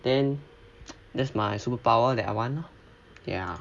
then that's my superpower that I want ya